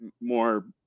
more